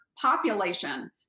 population